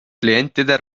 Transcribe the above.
klientide